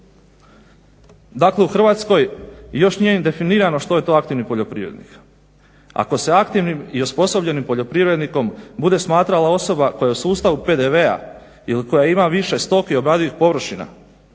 Dakle, u Hrvatskoj još nije ni definirano što je to aktivni poljoprivrednik. Ako se aktivnim i osposobljenim poljoprivrednikom bude smatrala osoba koja u sustavu PDV-a ili koja ima više stoke i obradivih površina